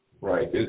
Right